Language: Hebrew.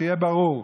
שיהיה ברור,